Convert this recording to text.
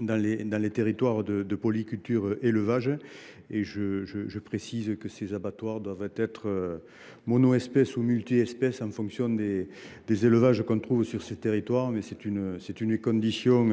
dans les territoires de polyculture élevage. Je précise que les abattoirs doivent être mono espèce ou multi espèces en fonction des élevages que l’on trouve sur les territoires. Leur rénovation est une condition